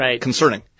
concerning